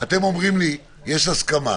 אתם אומרים לי: יש הסכמה,